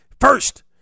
First